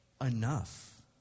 Enough